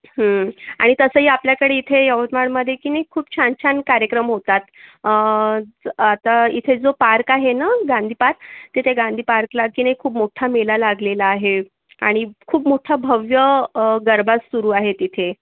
आणि तसंही अपल्याकडे इथे यवतमाळमध्ये की नाही खूप छान छान कार्यक्रम होतात आता इथे जो पार्क आहे ना गांधी पार्क तिथे गांधी पार्कला की नाही खूप मोठा मेला लागलेला आहे आणि खूप मोठा भव्य गरबा सुरु आहे तिथे